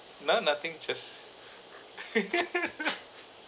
no nothing just